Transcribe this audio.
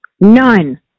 none